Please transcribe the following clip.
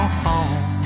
home